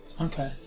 Okay